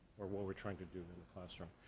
or what we're trying to do in the classroom.